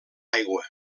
aigua